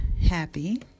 happy